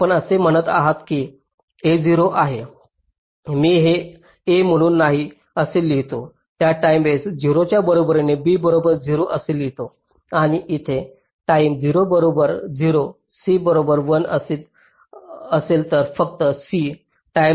आपण असे म्हणत आहात की a 0 आहे मी हे a म्हणून नाही असे लिहितो त्या टाईमेस 0 च्या बरोबरीने b बरोबर 0 असे लिहितो आणि इथे टाईम 0 बरोबर 0 c बरोबर 1 असेल तर ते फक्त c